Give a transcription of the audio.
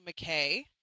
McKay